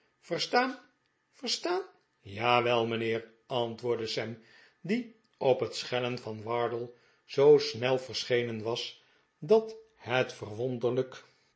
verstaan jawel mijnheer antwoordde sam die op het schellen van wardle zoo snel verschenen was dat het